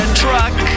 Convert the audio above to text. truck